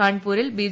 കാൺപൂരിൽ ബി